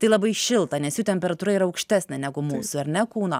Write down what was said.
tai labai šilta nes jų temperatūra yra aukštesnė negu mūsų ar ne kūno